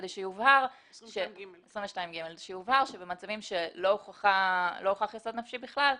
כדי שיובהר שבמצבים שלא הוכח יסוד נפשי בכלל,